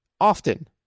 often